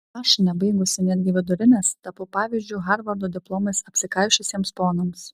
aš nebaigusi netgi vidurinės tapau pavyzdžiu harvardo diplomais apsikaišiusiems ponams